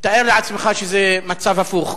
תאר לעצמך שזה מצב הפוך.